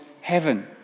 heaven